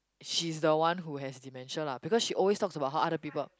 she's the one who has dementia lah because she always talks about how other people